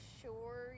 sure